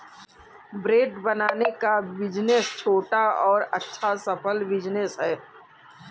bread बनाने का business छोटा और अच्छा सफल बिज़नेस है